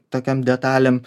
tokiom detalėm